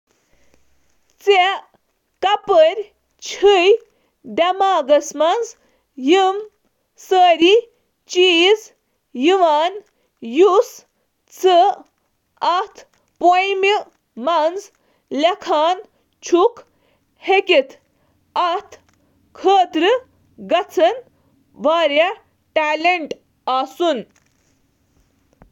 تۄہہِ کِتھ کٔنۍ چھِو پننِس ذہنس منٛز پرٛٮ۪تھ چیز زِ تۄہہِ چھِو أکِس نظمہِ منٛز لیکھمُت۔ اتھ چِھ واریاہ ٹیلنٹ ضرورت۔